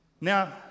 Now